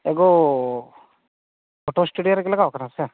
ᱮᱜᱳᱻ photo studio ᱨᱮᱜᱮ ᱞᱟᱜᱟᱣ ᱠᱟᱱᱟ ᱥᱮ